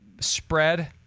spread